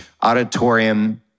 auditorium